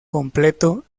completo